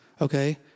Okay